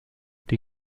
die